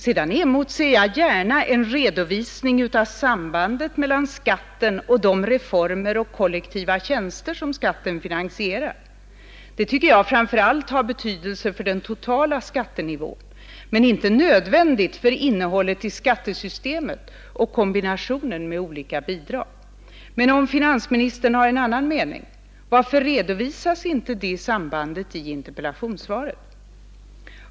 Sedan emotser jag gärna en redovisning av sambandet mellan skatten och de reformer och kollektiva tjänster som skatten finansierar. Det tycker jag framför allt har betydelse för den totala skattenivån men inte nödvändigt för innehållet i skattesystemet och kombinationen med olika bidrag. Men om finansministern har en annan mening, varför redovisas inte det sambandet i interpellationssvaret?